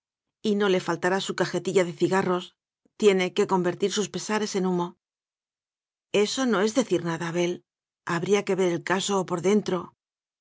cocina y no le faltará su cajetilla de ci garros tiene que convertir sus pesares en humo eso no es decir nda abel habría que ver el caso por dentro